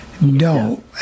No